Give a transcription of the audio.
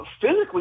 physically